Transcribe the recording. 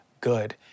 good